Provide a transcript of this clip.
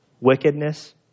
wickedness